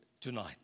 tonight